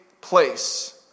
place